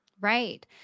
Right